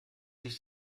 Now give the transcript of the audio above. nicht